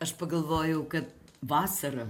aš pagalvojau kad vasara